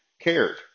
cared